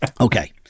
Okay